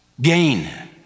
gain